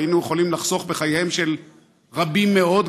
היינו יכולים לחסוך בחייהם של רבים מאוד,